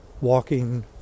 walking